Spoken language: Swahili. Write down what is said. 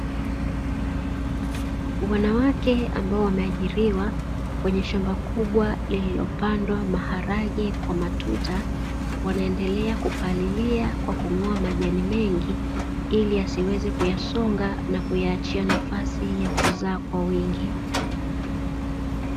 Wanawake ambao wameajiriwa kwenye shamba kubwa lililopandwa maharage kwa matuta, wanaendelea kupalilia kwa kung'oa majani mengi ili yasiweze kuyasonga na kuiachia nafasi ya kuzaa kwa wingi.